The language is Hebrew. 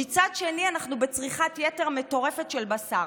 ומצד שני אנחנו בצריכת יתר מטורפת של בשר.